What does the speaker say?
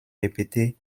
répétée